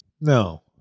No